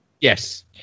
Yes